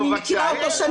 אני מכירה אותו שנים.